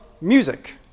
music